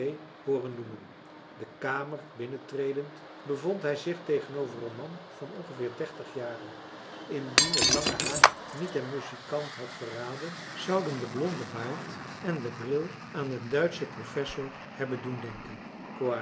hooren noemen de kamer binnentredend bevond hij zich tegenover een man van ongeveer dertig jaren indien het lange haar niet den muzikant had verraden zouden de blonde baard en de bril aan een duitschen professor hebben